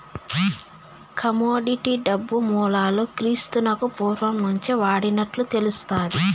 commodity డబ్బు మూలాలు క్రీస్తునకు పూర్వం నుంచే వాడినట్లు తెలుస్తాది